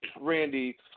Randy